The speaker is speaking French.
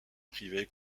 privée